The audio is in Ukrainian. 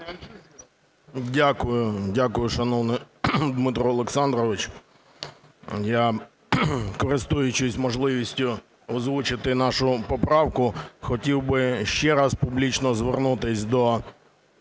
О.А. Дякую, шановний Дмитро Олександрович. Я, користуючись можливістю озвучити нашу поправку, хотів би ще раз публічно звернутись до